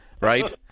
right